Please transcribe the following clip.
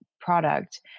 product